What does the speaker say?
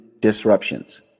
disruptions